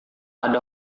ada